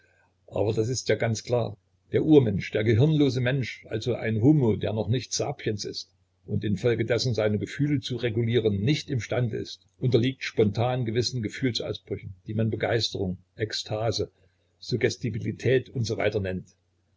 aber das ist ja ganz klar der urmensch der gehirnlose mensch also ein homo der noch nicht sapiens ist und in folge dessen seine gefühle zu regulieren nicht im stande ist unterliegt spontan gewissen gefühlsausbrüchen die man begeisterung ekstase suggestibilität u s w nennt